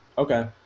Okay